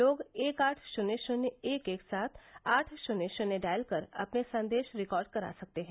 लोग एक आठ शून्य शून्य एक एक सात आठ शून्य शून्य डायल कर अपने संदेश रिकार्ड करा सकते हैं